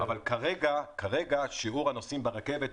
אם שיעור הנוסעים ברכבת,